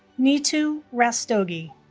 neetu rastogi